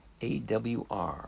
AWR